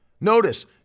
Notice